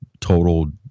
total